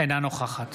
אינה נוכחת